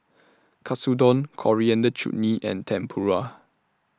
Katsudon Coriander Chutney and Tempura